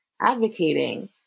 advocating